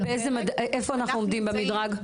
איפה אנחנו עומדים במדרג?